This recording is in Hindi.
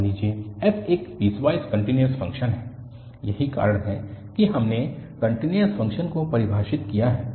मान लीजिए f एक पीसवाइस कन्टिन्यूअस फंक्शन है यही कारण है कि हमने कन्टिन्यूअस फंक्शन को परिभाषित किया है